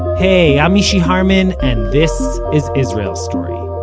hey, i'm mishy harman, and this is israel story.